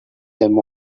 them